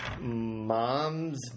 moms